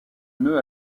nœud